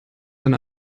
eine